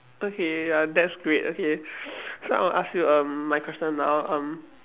okay ya that's great okay so I'll ask you um my question now um